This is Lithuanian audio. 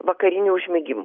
vakarinių užmigimų